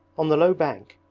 on the low bank,